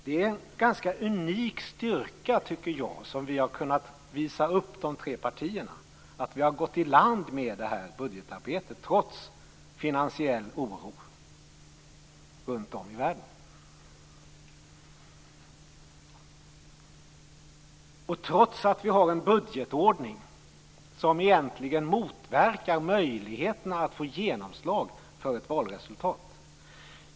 De tre partierna har kunnat visa upp en unik styrka, dvs. att vi har gått i land med budgetarbetet trots finansiell oro runt om i världen och trots att vi har en budgetordning som egentligen motverkar möjligheterna att få genomslag för ett valresultat.